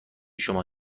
شما